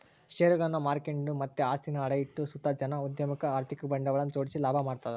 ಷೇರುಗುಳ್ನ ಮಾರ್ಕೆಂಡು ಮತ್ತೆ ಆಸ್ತಿನ ಅಡ ಇಟ್ಟು ಸುತ ಜನ ಉದ್ಯಮುಕ್ಕ ಆರ್ಥಿಕ ಬಂಡವಾಳನ ಜೋಡಿಸಿ ಲಾಭ ಮಾಡ್ತದರ